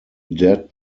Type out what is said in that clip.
dead